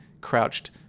crouched